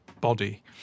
body